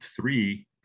three